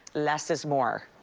less is more.